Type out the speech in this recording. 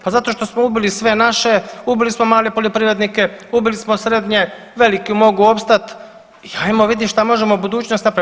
Pa zato što smo ubili sve naše, ubili smo male poljoprivrednike, ubili smo srednje, veliki mogu opstat i ajmo vidjet što možemo u budućnosti napraviti.